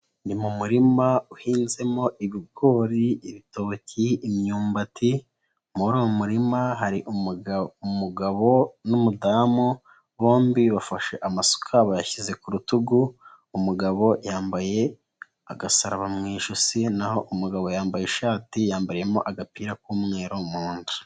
Ni mu murima uhinzemo ibigori, ibitoki, imyumbati muri uwo murima hari umugabo n'umudamu, bombi bafashe amasuka bayashyize ku rutugu, umugabo yambaye agasaraba mu ijosi naho umugabo yambaye ishati yambariyemo agapira k'umweru mu nda.